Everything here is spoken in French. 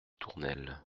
tournelles